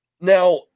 Now